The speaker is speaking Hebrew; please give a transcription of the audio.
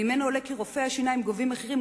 ועולה ממנו כי רופאי השיניים גובים מחירים